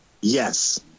yes